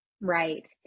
right